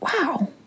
wow